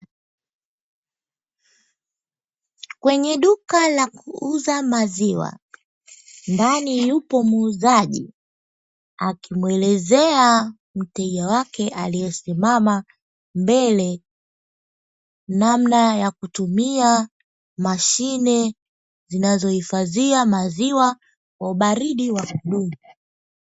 Kwenye duka la kuuza maziwa ndani yupo muuzaji akimuelezea mteja wake aliyesimama mbele namna ya kutumia mashine zinazohifadhia maziwa kwa ubaridi wa kidumu.